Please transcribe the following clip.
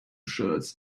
shirts